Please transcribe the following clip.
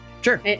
Sure